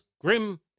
grim